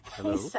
Hello